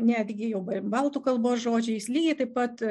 netgi jau be baltų kalbos žodžiais lygiai taip pat